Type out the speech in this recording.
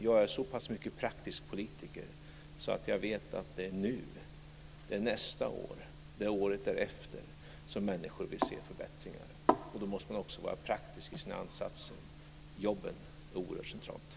Jag är så pass mycket praktisk politiker att jag vet att det är nu, det är nästa år, det är året därefter som människor vill se förbättringar. Då måste man också vara praktisk i sina ansatser. Jobben är oerhört centrala.